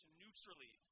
neutrally